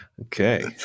Okay